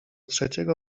trzeciego